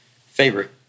favorite